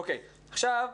אושר.